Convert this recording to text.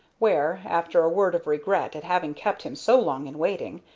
where, after a word of regret at having kept him so long in waiting,